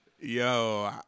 Yo